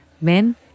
men